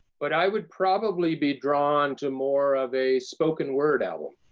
but i would probably be drawn to more of a spoken word album.